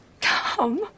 Tom